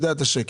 יודע את השקט,